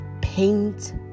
paint